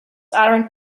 aren’t